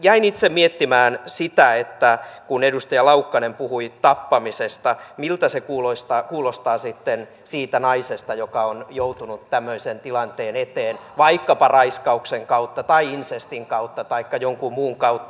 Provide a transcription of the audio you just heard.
jäin itse miettimään sitä että kun edustaja laukkanen puhui tappamisesta miltä se kuulostaa siitä naisesta joka on joutunut tämmöisen tilanteen eteen vaikkapa raiskauksen kautta tai insestin kautta taikka jonkun muun kautta